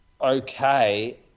okay